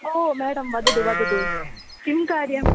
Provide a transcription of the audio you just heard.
ओ madam वदतु वदतु किं कार्यम्